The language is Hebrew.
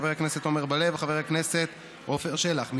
חבר הכנסת עמר בר-לב וחבר הכנסת עפר שלח.